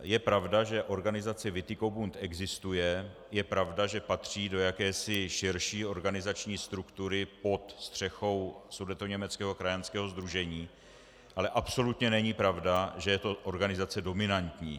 Je pravda, že organizace Witikobund existuje, je pravda, že patří do jakési širší organizační struktury pod střechou Sudetoněmeckého krajanského sdružení, ale absolutně není pravda, že je to organizace dominantní.